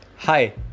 Hi